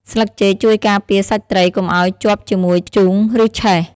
ស្លឹកចេកជួយការពារសាច់ត្រីកុំឲ្យជាប់ជាមួយធ្យូង ឬឆេះ។